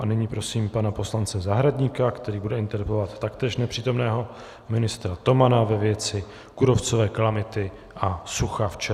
A nyní prosím pana poslance Zahradníka, který bude interpelovat taktéž nepřítomného ministra Tomana ve věci kůrovcové kalamity a sucha v ČR.